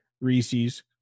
Reese's